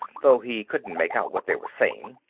though he couldn't make out what they were saying.